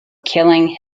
killing